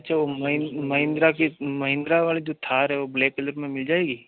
जो महिंद्रा की महिंद्रा वाली जो थार है वो ब्लैक कलर में मिल जाएगी